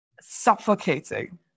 suffocating